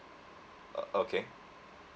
uh okay